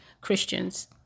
Christians